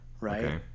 right